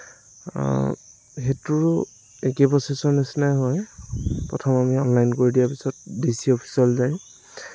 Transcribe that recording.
সেইটোৰো একে প্ৰচেছৰ নিচিনাই হয় প্ৰথম আমি অনলাইন কৰি দিয়াৰ পিছত ডি চি অফিচলৈ যায়